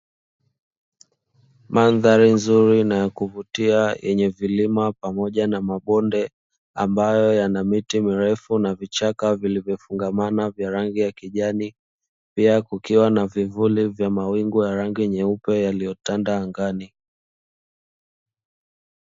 Mandhari nzuri na ya kuvutia yenye vilima pamoja na mabonde, ambayo yana miti mirefu na vichaka vilivyofungamana vya rangi ya kijani. Pia, kukiwa na vivuli vya mawingu ya rangi nyeupe yaliyotanda angani.